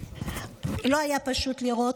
לא היה פשוט לראות,